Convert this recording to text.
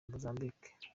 mozambique